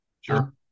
Sure